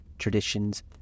traditions